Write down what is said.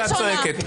ואת צועקת.